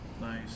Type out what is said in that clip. Nice